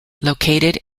located